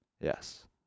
Yes